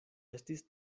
estis